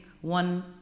one